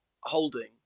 holding